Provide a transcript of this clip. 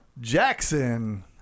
Jackson